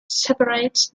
separates